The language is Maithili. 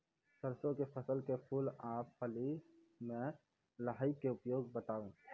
सरसों के फसल के फूल आ फली मे लाहीक के उपाय बताऊ?